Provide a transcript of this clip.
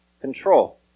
control